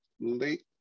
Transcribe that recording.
late